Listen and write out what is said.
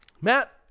Matt